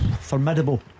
Formidable